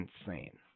insane